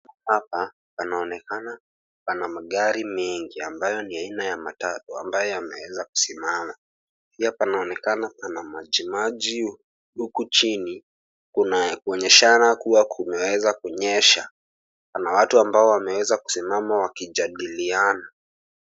Hapa panaonekana pana magari mengi ambayo ni aina ya matatu, ambayo yanaeza kusimama. Pia panaonekana pana maji maji huku chini kuna kuonyeshana kua kumeweza kunyesha. Pana watu ambao wameweza kusimama wakijadiliana.